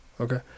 Okay